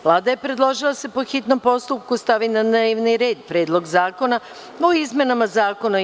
Vlada je predložila da se, po hitnom postupku, stavi na dnevni red Predlog zakona o potvrđivanju Sporazuma o